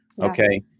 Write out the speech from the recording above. Okay